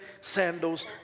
Sandals